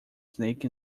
snake